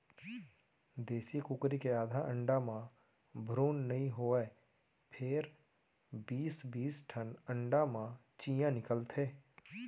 देसी कुकरी के आधा अंडा म भ्रून नइ होवय फेर बीस बीस ठन अंडा म चियॉं निकलथे